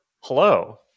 hello